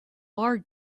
are